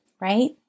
right